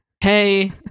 hey